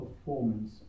performance